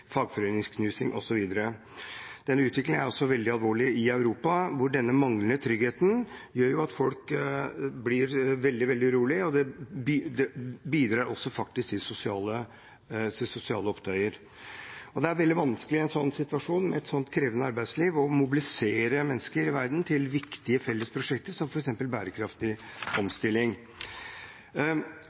fagforeningsknusing osv. Denne utviklingen er også veldig alvorlig i Europa, hvor den manglende tryggheten gjør at folk blir veldig, veldig urolige, og det bidrar også til sosiale opptøyer. Det er veldig vanskelig i en sånn situasjon, i et sånt krevende arbeidsliv, å mobilisere mennesker i verden til viktige fellesprosjekter, som f.eks. bærekraftig omstilling.